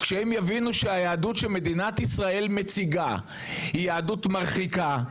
כשהם יבינו שהיהדות שמדינת ישראל מציגה היא יהדות מרחיקה,